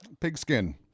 Pigskin